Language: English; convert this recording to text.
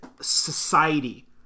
society